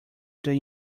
than